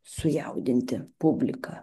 sujaudinti publiką